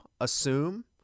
assume